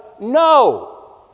no